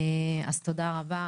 אז תודה רבה,